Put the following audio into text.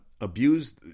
abuse